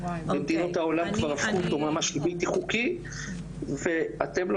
במדינות העולם הפכו אותו ממש לבלתי חוקי ואתם לא